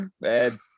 Man